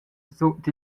sut